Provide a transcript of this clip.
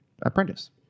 apprentice